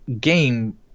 game